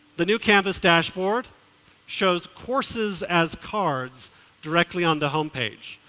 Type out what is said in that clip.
the new canvass dashboard shows courses as cards directly on the homepage.